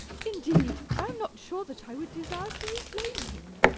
indeed i am not sure that i would desire to reclaim him.